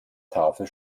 tafel